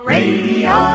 Radio